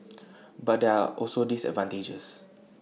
but there are also disadvantages